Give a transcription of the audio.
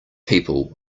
people